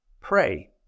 pray